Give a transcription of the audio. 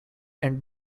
and